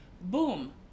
boom